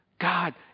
God